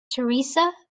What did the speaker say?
teresa